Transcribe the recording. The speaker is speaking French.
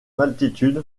altitude